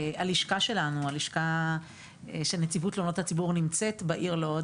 הלשכה שלנו של נציבות תלונות הציבור שלנו נמצאת בעיר לוד,